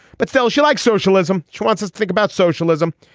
but still she likes socialism. she wants us to think about socialism.